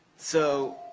so,